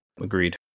Agreed